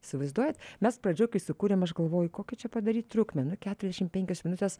įsivaizduojat mes pradžioj kai sukūrėm aš galvoju kokį čia padaryt trukmę nu keturiasdešim penkios minutės